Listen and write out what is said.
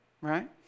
right